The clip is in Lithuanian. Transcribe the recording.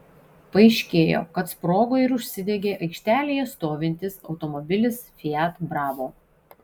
paaiškėjo kad sprogo ir užsidegė aikštelėje stovintis automobilis fiat bravo